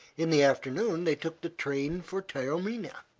in the afternoon they took the train for taormina.